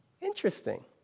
Interesting